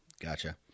gotcha